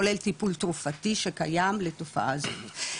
כולל טיפול תרופתי שקיים לתופעה זו.